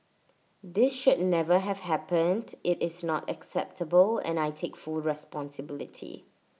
this should never have happened IT is not acceptable and I take full responsibility